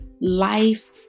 life